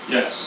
Yes